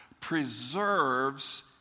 preserves